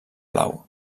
blau